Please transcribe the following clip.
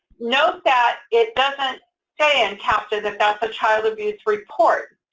note that it doesn't say in capta that that's a child abuse report.